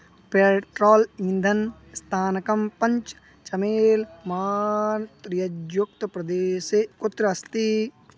petrol इन्धनस्थानकं पञ्च च मेल् मात्रं यद्युक्तप्रदेशे कुत्र अस्ति